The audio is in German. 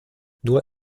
nur